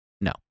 No